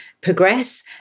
progress